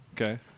Okay